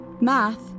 Math